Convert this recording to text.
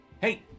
Hey